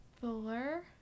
four